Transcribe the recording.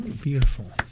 Beautiful